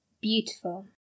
beautiful